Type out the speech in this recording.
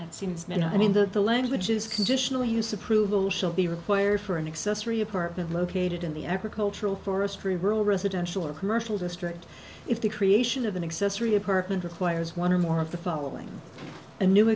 and i mean that the language is conditional use approval shall be required for an accessory apartment located in the agricultural forestry rural residential or commercial district if the creation of an excess reoccur and requires one or more of the following a new